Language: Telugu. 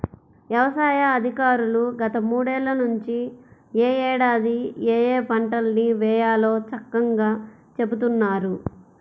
యవసాయ అధికారులు గత మూడేళ్ళ నుంచి యే ఏడాది ఏయే పంటల్ని వేయాలో చక్కంగా చెబుతున్నారు